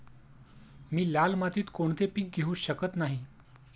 मी लाल मातीत कोणते पीक घेवू शकत नाही?